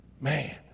Man